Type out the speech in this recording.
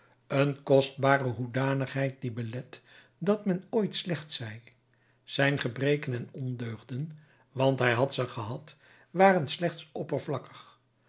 een kostbare hoedanigheid die belet dat men ooit slecht zij zijn gebreken en ondeugden want hij had ze gehad waren slechts oppervlakkig